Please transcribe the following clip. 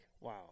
wow